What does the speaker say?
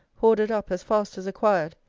hoarded up as fast as acquired,